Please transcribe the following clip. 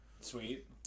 Sweet